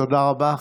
תודה רבה.